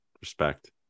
respect